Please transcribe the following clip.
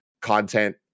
content